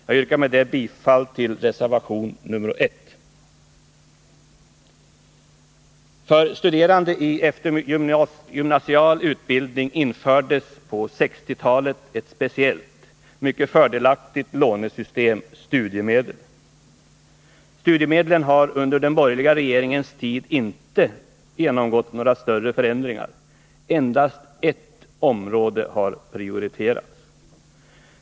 Jag yrkar bifall till reservation nr 1. För studerande i eftergymnasial utbildning infördes på 1960-talet ett speciellt, mycket fördelaktigt lånesystem, studiemedel. Studiemedlen har under de borgerliga regeringarnas tid inte genomgått några större förändringar, endast ett område har prioriterats.